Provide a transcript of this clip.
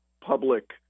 public